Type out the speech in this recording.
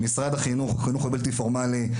משרד החינוך הבלתי פורמלי,